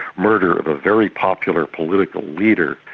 murder of a very popular political leader.